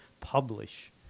publish